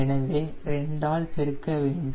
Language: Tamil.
எனவே 2 ஆல் பெருக்க வேண்டும்